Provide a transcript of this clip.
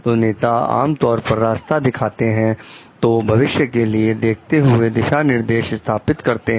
तो नेता आम तौर पर रास्ता दिखाते हैं तो भविष्य के लिए देखते हुए दिशा निर्देश स्थापित करते हैं